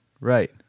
Right